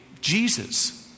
Jesus